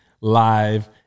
live